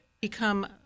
become